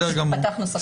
פתחנו סוגריים.